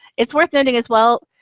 it's worth noting as well,